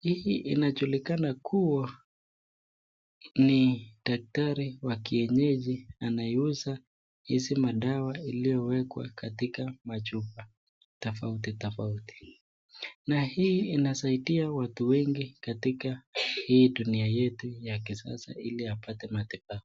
Hii inajulikana kuwa ni daktari wa kienyeji anayeuza hizi madawa iliyowekwa katika machupa tofauti tofauti. Na hii inasaidia watu wengi katika hii dunia yetu ya kisasa ili apate matibabu.